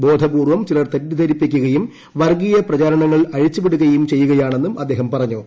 ബോധപൂർവം ചിലർ തെറ്റിദ്ധരിപ്പിക്കുകയും വർഗീയ പ്രചരണങ്ങൾ അഴിച്ചുവിടുകയും ചെയ്യുകയാണെന്നും അദ്ദേഹം പറഞ്ഞു